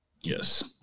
Yes